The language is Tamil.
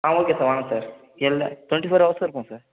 ஆ ஓகே சார் வாங்க சார் எல்லா டுவெண்ட்டி ஃபோர் ஹவர்ஸும் இருப்போம் சார்